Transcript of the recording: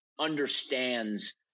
understands